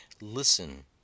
listen